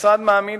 המשרד מעמיד